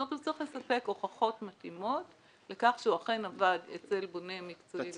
אומר שהוא צריך לספק הוכחות מתאימות לכך שהוא עבד אצל בונה מקצועי.